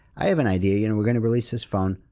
i have an idea. you know we're going to release this phone.